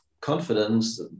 confidence